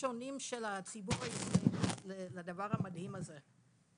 שונים של הציבור לדבר המדהים הזה.